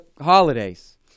holidays